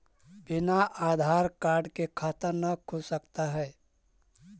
बिना आधार कार्ड के खाता न खुल सकता है?